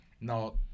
Now